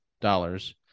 dollars